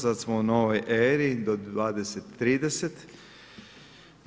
Sad smo u novoj eri, do 20 30.